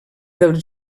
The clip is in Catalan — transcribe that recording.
dels